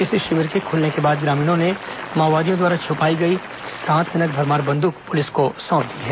इस शिविर के खुलने के बाद ग्रामीणों ने माओवादियों द्वारा छपाई गई सत नग भरमार बंदूक पुलिस को सौंपी हैं